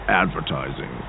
advertising